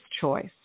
choice